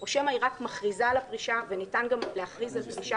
או שמא היא רק מכריזה על הפרישה וניתן גם להכריז על פרישה